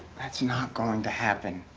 that's not going to happen.